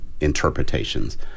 interpretations